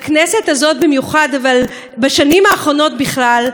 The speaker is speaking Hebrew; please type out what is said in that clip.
בכנסת הזאת במיוחד אבל בשנים האחרונות בכלל,